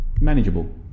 manageable